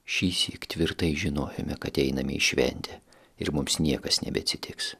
šįsyk tvirtai žinojome kad einame į šventę ir mums niekas nebeatsitiks